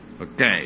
okay